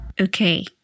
okay